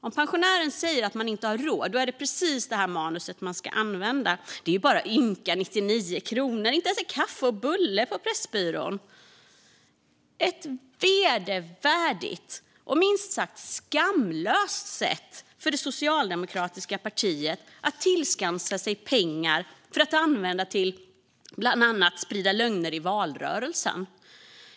Om pensionären säger att man inte har råd är det precis detta manus som ska användas, alltså: Det är ju bara ynka 99 kronor, inte ens en kaffe och en bulle på Pressbyrån. Det är ett vedervärdigt och minst sagt skamlöst sätt för det socialdemokratiska partiet att tillskansa sig pengar för att använda till att bland annat sprida lögner i valrörelsen.